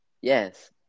yes